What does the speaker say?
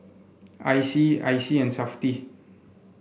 I C I C and Safti